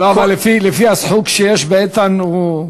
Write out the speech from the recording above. לא, אבל לפי הסחוג שיש באיתן, הוא,